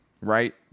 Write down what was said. right